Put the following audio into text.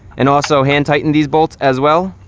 and also hand tighten these bolts as well.